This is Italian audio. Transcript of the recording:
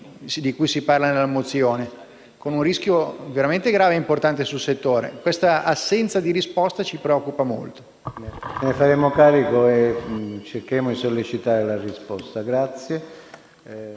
di cui si parla nella mozione, con un rischio veramente grave ed importante per il settore. Questa assenza di risposte ci preoccupa molto.